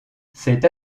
cette